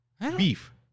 Beef